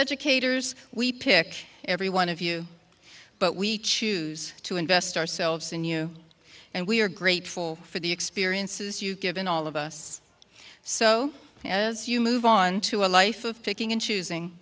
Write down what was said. educators we pick every one of you but we choose to invest ourselves in you and we are grateful for the experiences you've given all of us so as you move on to a life of picking and choosing